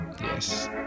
Yes